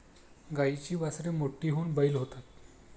गाईची वासरे मोठी होऊन बैल होतात